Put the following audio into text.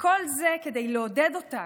וכל זה כדי לעודד אותם,